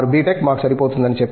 tech మాకు సరిపోతుందని చెప్పారు